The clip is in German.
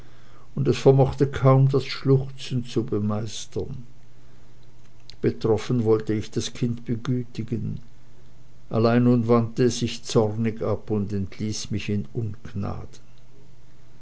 und es vermochte kaum das schluchzen zu bemeistern betroffen wollte ich das kind begütigen allein nun wandte es sich zornig ab und entließ mich in ungnaden